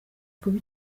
kuba